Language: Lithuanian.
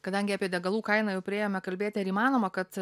kadangi apie degalų kainą jau priėjome kalbėt ar įmanoma kad